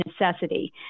necessity